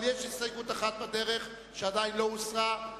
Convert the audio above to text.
אבל יש הסתייגות אחת בדרך שעדיין לא הוסרה,